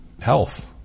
health